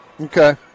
Okay